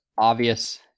obvious